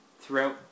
throughout